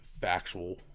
factual